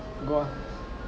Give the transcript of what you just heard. got